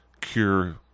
cure